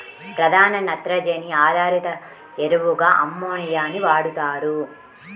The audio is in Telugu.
ప్రధాన నత్రజని ఆధారిత ఎరువుగా అమ్మోనియాని వాడుతారు